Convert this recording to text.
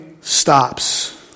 stops